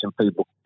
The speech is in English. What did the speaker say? people